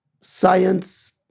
science